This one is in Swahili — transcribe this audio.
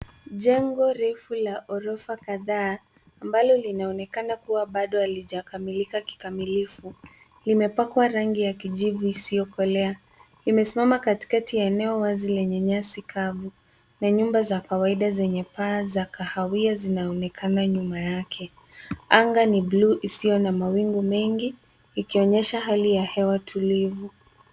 Jengo refu la orofa kadhaa ambalo linaonekana kuwa bado halijakamilika kikamilifu. Limepakwa rangi ya kijivu isiyokolea. Limesimama katikati ya eneo wazi lenye nyasi kavu. Na nyumba za kawaida zenye paa za kahawia zinaonekana nyuma yake. Anga ni buluu, isio na mawingu mengi, ikionyesha hali ya hewa tulivu.